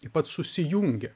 taip pat susijungia